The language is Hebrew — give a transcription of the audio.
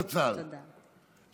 זכר צדיק לברכה,